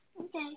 Okay